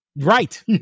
Right